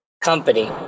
company